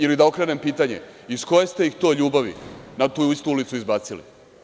Ili da okrenem pitanje – iz koje ste ih to ljubavi na tu istu ulicu izbacili?